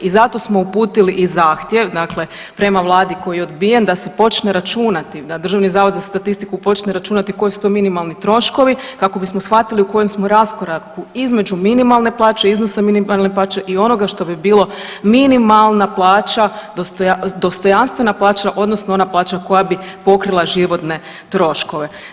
I zato smo uputili i zahtjev prema vladi koji je odbijen da se počne računati da DZS počne računati koji su to minimalni troškovi kako bismo shvatili u kojem smo raskoraku između minimalne plaće i iznosa minimalne plaće i onoga što bi bilo minimalna plaća dostojanstvena plaća odnosno ona plaća koja bi pokrila životne troškove.